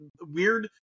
weird